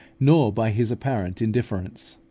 nor by his apparent indifference.